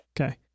Okay